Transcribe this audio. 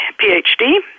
PhD